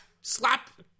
slap